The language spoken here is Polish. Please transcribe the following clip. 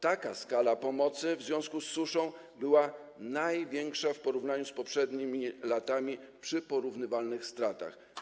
Taka skala pomocy w związku z suszą była największa w porównaniu z poprzednimi latami przy porównywalnych stratach.